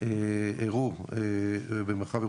אירעו במרחב ירושלים,